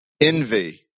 envy